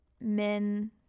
men